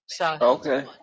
Okay